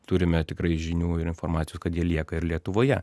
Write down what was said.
turime tikrai žinių ir informacijos kad jie lieka ir lietuvoje